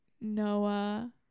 Noah